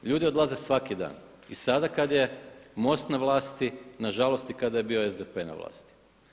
Ljudi odlaze svaki dan i sad kada je MOST na vlasti nažalost i kada je bio SDP na vlasti.